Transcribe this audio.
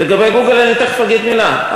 לגבי "גוגל" אני תכף אגיד מילה.